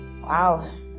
wow